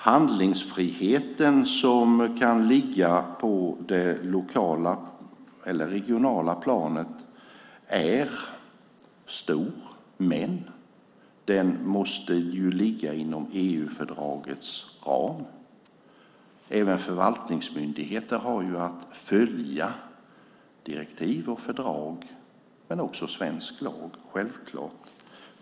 Handlingsfriheten, som kan ligga på det lokala eller regionala planet, är stor, men den måste ligga inom EU-fördragets ram. Även förvaltningsmyndigheter har ju att följa direktiv och fördrag men också svensk lag, självklart.